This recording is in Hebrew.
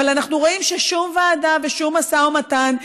אבל אנחנו רואים ששום ועדה ושום משא ומתן.